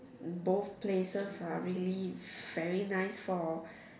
both places are really very nice for